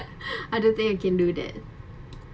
I don't think I can do that